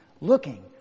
Looking